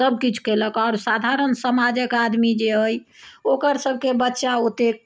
सब किछु कयलक आओर साधारण समाजक आदमी जे अछि ओकर सबके बच्चा ओतेक